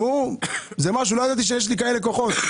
שמעו, זה משהו, לא ידעתי שיש לי כאלה כוחות.